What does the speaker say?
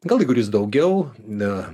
gal ir kuris daugiau negu